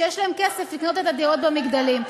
שיש להם כסף לקנות את הדירות במגדלים.